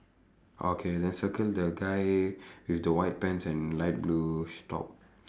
orh okay then circle the guy with the white pants and light blue sh~ top